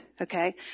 Okay